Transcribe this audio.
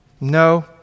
No